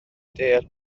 deall